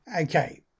Okay